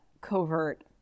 covert